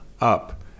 up